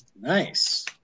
Nice